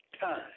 time